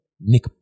Nick